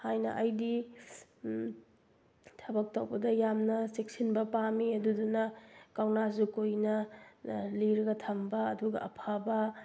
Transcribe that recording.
ꯍꯥꯏꯅ ꯑꯩꯗꯤ ꯊꯕꯛ ꯇꯧꯕꯗ ꯌꯥꯝꯅ ꯆꯦꯛꯁꯤꯟꯕ ꯄꯥꯝꯏ ꯑꯗꯨꯗꯨꯅ ꯀꯧꯅꯥꯁꯨ ꯀꯨꯏꯅ ꯂꯤꯔꯒ ꯊꯝꯕ ꯑꯗꯨꯒ ꯑꯐꯕ